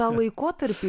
tą laikotarpį